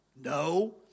No